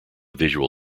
visual